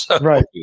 Right